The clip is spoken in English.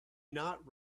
not